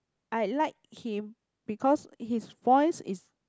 I like him because his voice is